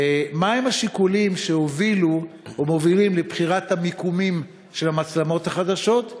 מה הם השיקולים שהובילו או מובילים לבחירת המיקומים של המצלמות החדשות?